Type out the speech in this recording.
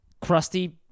crusty